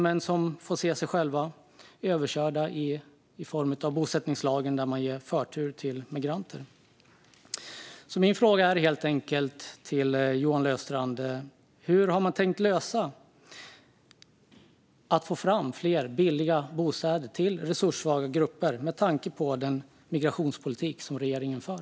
Men de får se sig själva överkörda av bosättningslagen som ger förtur till migranter. Min fråga till Johan Löfstrand är helt enkelt: Hur har man tänkt få fram fler billiga bostäder till resurssvaga grupper med tanke på den migrationspolitik som regeringen för?